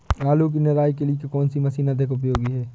आलू की निराई के लिए कौन सी मशीन अधिक उपयोगी है?